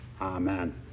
Amen